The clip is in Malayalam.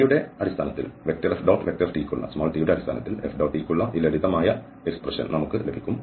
t യുടെ അടിസ്ഥാനത്തിൽ FT യ്ക്കുള്ള ഈ ലളിതമായ പദപ്രയോഗം നമുക്ക് ലഭിക്കും